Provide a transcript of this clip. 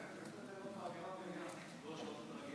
חברות וחברי